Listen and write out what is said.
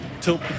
tilt